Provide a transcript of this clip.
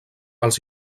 els